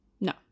No